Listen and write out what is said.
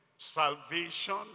salvation